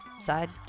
side